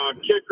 kicker